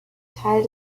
teil